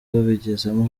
babigizemo